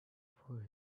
for